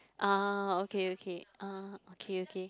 ah okay okay ah okay okay